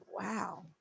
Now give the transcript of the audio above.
wow